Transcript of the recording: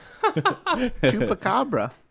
Chupacabra